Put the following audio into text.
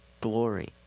glory